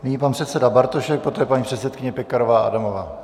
Nyní pan předseda Bartošek, poté paní předsedkyně Pekarová Adamová.